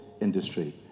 industry